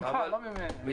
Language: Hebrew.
ממך, לא ממני.